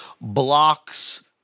Blocks